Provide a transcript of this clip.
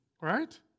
right